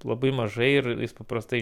labai mažai ir paprastai